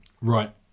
right